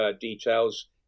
details